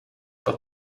but